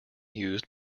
used